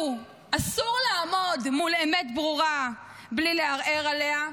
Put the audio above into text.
אסור לעמוד מול אמת ברורה בלי לערער עליה,